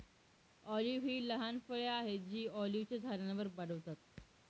olive ही लहान फळे आहेत जी ऑलिव्हच्या झाडांवर वाढतात